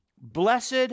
blessed